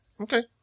Okay